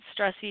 stressy